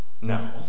No